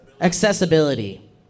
Accessibility